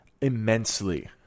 immensely